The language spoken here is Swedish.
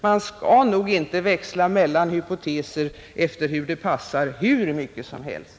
Man bör nog inte hur mycket som helst växla mellan hypoteser alltefter hur det passar.